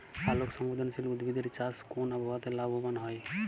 আলোক সংবেদশীল উদ্ভিদ এর চাষ কোন আবহাওয়াতে লাভবান হয়?